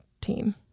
team